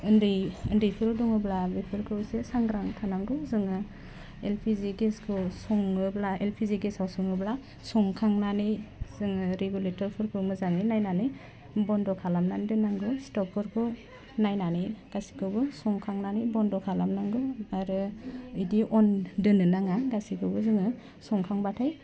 ओन्दै ओन्दैफोर दङब्ला बेफोरखौ एसे सांग्रा थानांगौ जोङो एलपिजि गेसखौ सङोब्ला एलपिजिगेसआव सङोब्ला संखांनानै जोङो रिगुलेटरफोरखौ मोजाङै नायनानै बन्द' खालामनानै दोननांगौ सिटपफोरखौ नायनानै गासिबखौबो संखांनानै बन्द' खालामनांगौ आरो इदि अन दोननो नाङा गासैखौबो जोङो संखांबाथाय